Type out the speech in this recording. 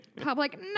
public